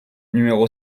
numéro